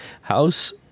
House